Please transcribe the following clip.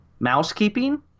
Mousekeeping